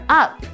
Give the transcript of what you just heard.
up